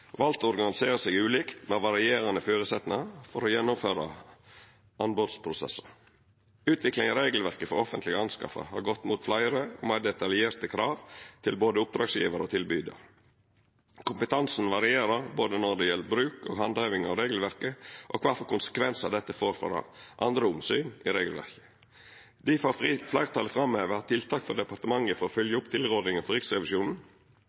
å organisera seg ulikt, med varierande føresetnader for å gjennomføra anbodsprosessar. Utviklinga i regelverket for offentlege anskaffingar har gått mot fleire og meir detaljerte krav til både oppdragsgjevar og tilbydar. Kompetansen varierer, både når det gjeld bruk og handheving av regelverket og kva for konsekvensar dette får for andre omsyn i regelverket. Difor vil fleirtalet framheve at tiltak frå departementet for å fylgja opp tilrådinga frå Riksrevisjonen,